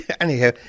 anyhow